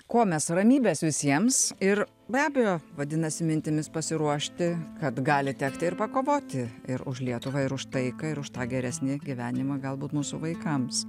kuo mes ramybės visiems ir be abejo vadinasi mintimis pasiruošti kad gali tekti ir pakovoti ir už lietuvą ir už taiką ir už tą geresnį gyvenimą galbūt mūsų vaikams